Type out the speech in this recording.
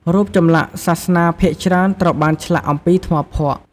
រូបចម្លាក់សាសនាភាគច្រើនត្រូវបានឆ្លាក់អំពីថ្មភក់។